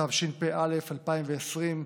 התשפ"א 2020,